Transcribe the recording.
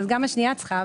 גם השנייה צריכה,